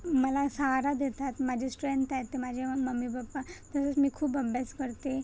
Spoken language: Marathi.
मला सहारा देतात माझी स्ट्रेन्थ आहे तर माझे मम् मम्मी पप्पा तसंच मी खूप अभ्यास करते